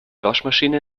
waschmaschine